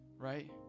right